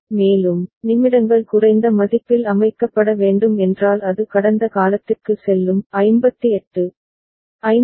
மேலும் நிமிடங்கள் குறைந்த மதிப்பில் அமைக்கப்பட வேண்டும் என்றால் அது கடந்த காலத்திற்கு செல்லும் 58 59 00